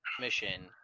mission